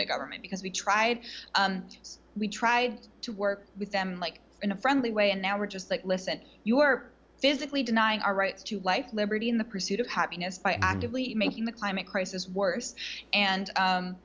the government because we tried so we tried to work with them like in a friendly way and now we're just like listen you are physically denying our rights to life liberty and the pursuit of happiness by actively making the climate crisis worse and